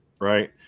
right